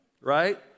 right